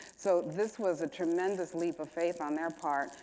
so this was a tremendous leap of faith on their part.